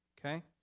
okay